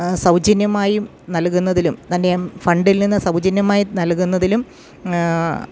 സൗജന്യമായും നൽകുന്നതിലും തൻ്റെ ഫണ്ടിൽ നിന്ന് സൗജന്യമായി നൽകുന്നതിലും